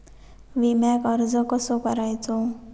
विम्याक अर्ज कसो करायचो?